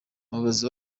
umuyobozi